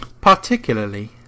Particularly